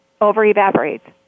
Over-evaporates